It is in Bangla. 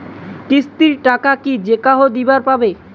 কিস্তির টাকা কি যেকাহো দিবার পাবে?